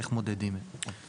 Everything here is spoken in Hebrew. איך מודדים את זה.